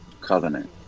Covenant